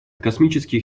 космических